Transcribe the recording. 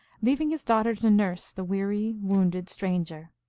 leaving his daughter to nurse the weary, wounded stranger.